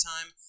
time